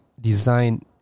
design